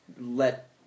let